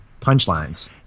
punchlines